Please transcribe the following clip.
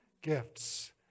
gifts